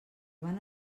van